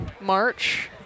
March